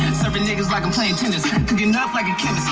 niggas like i'm playin teenis, you're not like a kid.